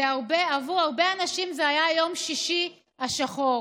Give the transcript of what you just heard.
עבור הרבה אנשים זה היה יום שישי השחור,